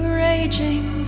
raging